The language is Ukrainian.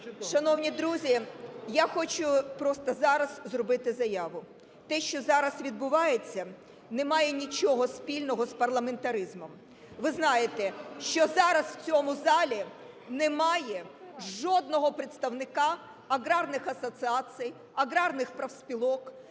Шановні друзі, я хочу просто зараз зробити заяву. Те, що зараз відбувається – немає нічого спільного з парламентаризмом. Ви знаєте, що зараз у цьому залі немає жодного представника аграрних асоціацій, аграрних профспілок.